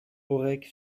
aurec